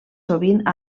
sovint